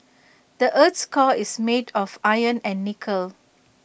the Earth's core is made of iron and nickel